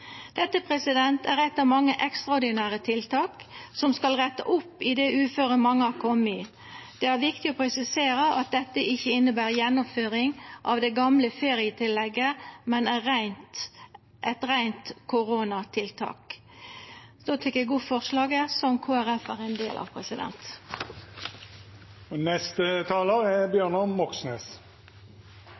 er eit av mange ekstraordinære tiltak som skal retta opp i det uføret mange har kome i. Det er viktig å presisera at dette ikkje inneber å innføre det gamle ferietillegget på nytt, men at det er eit reint koronatiltak.